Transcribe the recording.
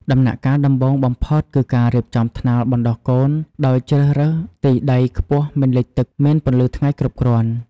ដំណាក់កាលដំបូងបំផុតគឺការរៀបចំថ្នាលបណ្តុះកូន ដោយជ្រើសរើសទីដីខ្ពស់មិនលិចទឹក មានពន្លឺថ្ងៃគ្រប់គ្រាន់។